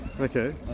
Okay